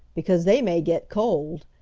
because they may get cold,